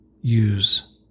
use